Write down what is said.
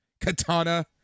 Katana